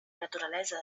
naturalesa